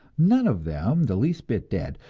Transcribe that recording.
none of them the least bit dead,